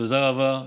תודה רבה.